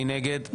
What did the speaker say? מי נגד?